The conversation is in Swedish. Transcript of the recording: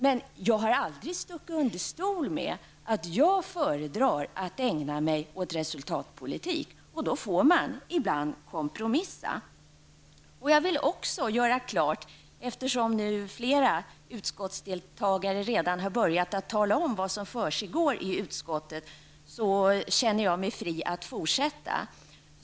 Men jag har aldrig stuckit under stol med att jag föredrar att ägna mig åt resultatpolitik, och då får man ibland kompromissa. Eftersom nu flera utskottsledamöter redan har börjat tala om vad som försiggår i utskottet, känner jag mig fri att fortsätta.